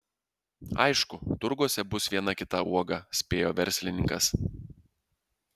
aišku turguose bus viena kita uoga spėjo verslininkas